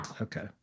Okay